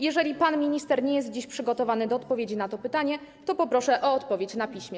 Jeżeli pan minister nie jest dziś przygotowany do odpowiedzi na to pytanie, to poproszę o odpowiedź na piśmie.